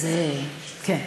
זה, כן.